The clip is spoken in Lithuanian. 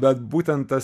bet būtent tas